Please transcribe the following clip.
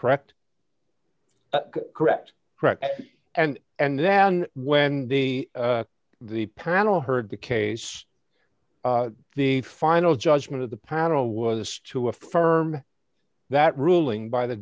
correct correct correct and and then when the panel heard the case the final judgment of the panel was to affirm that ruling by the